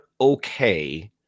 okay